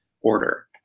order